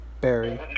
Barry